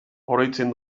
oroitzen